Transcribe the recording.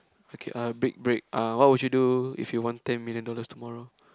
okay uh break break uh what would you do if you won ten million dollars tomorrow